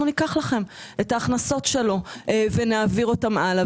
ניקח לכם את ההכנסות שלו ונעביר אותן הלאה.